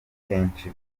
kenshi